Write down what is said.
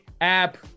app